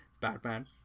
Batman